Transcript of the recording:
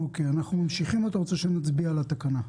אוקי, אנחנו ממשיכים, או שנצביע על התקנה?